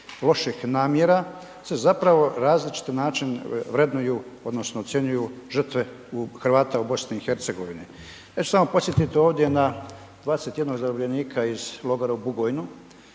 loših namjera se zapravo na različiti način vrednuju odnosno ocjenjuju žrtve Hrvata u BiH. Ja ću samo podsjetit ovdje na 21 zarobljenika iz logora u Bugojnu